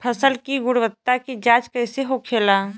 फसल की गुणवत्ता की जांच कैसे होखेला?